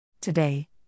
Today